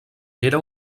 era